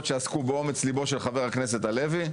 שעסקו באומץ ליבו של חבר הכנסת הלוי,